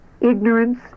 Ignorance